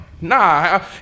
Nah